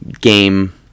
game